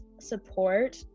support